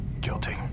Guilty